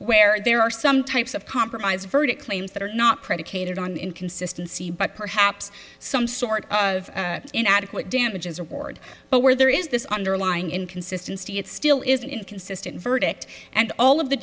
where there are some types of compromised verdict claims that are not predicated on inconsistency but perhaps some sort of inadequate damages award but where there is this underlying inconsistency it still is inconsistent verdict and all of the